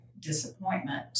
disappointment